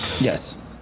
Yes